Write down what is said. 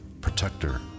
protector